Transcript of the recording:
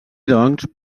doncs